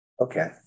Okay